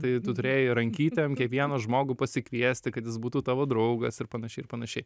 tai tu turėjai rankytėm kiekvieną žmogų pasikviesti kad jis būtų tavo draugas ir panašiai ir panašiai